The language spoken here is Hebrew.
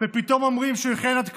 ופתאום אומרים שהוא יכהן עד כלות.